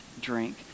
drink